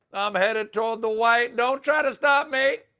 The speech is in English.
i'm headed toward the white don't try to stop me.